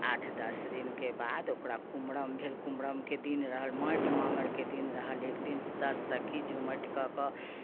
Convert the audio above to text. आठ दश दिनके बाद ओकरा कुम्हरम भेल कुम्हरमके दिन रहल माटि मङ्गलके दिन रहल एक दिन दश सखी झूमट कऽ कऽ